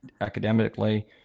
academically